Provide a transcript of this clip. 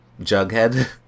Jughead